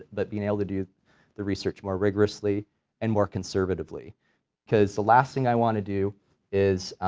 but being able to do the research more rigorously and more conservatively cause the last thing i want to do is